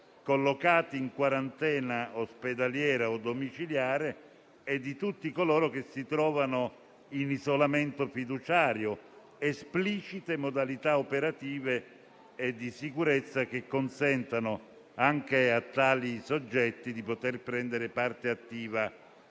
collocati in quarantena ospedaliera o domiciliare e per tutti coloro che si trovano in isolamento fiduciario esplicite modalità operative e di sicurezza che consentano loro di poter prendere parte attiva